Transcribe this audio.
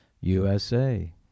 USA